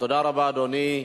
תודה רבה, אדוני.